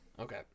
Okay